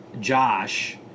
Josh